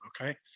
okay